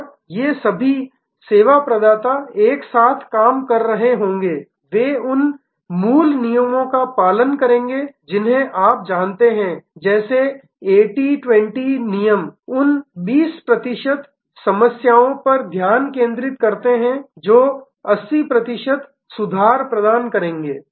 और ये सभी सेवा प्रदाता एक साथ काम कर रहे होंगे वे उन मूल नियमों का पालन करेंगे जिन्हें आप जानते हैं जैसे 80 20 नियम उन 20 प्रतिशत समस्याओं पर ध्यान केंद्रित करते हैं जो 80 प्रतिशत सुधार प्रदान करेंगे